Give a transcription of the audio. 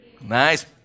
nice